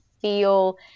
feel